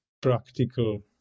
practical